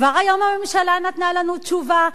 כבר היום הממשלה נתנה לנו תשובה,